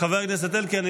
חבר הכנסת אלקין,